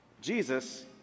Jesus